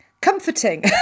comforting